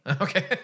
Okay